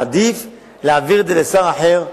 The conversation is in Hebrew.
עדיף להעביר את זה לשר אחר בממשלה.